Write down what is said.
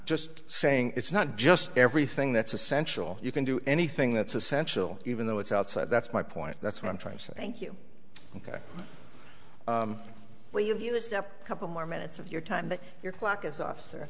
just saying it's not just everything that's essential you can do anything that's essential even though it's outside that's my point that's what i'm trying to say thank you ok well you've used up a couple more minutes of your time that your clock is off